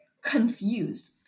confused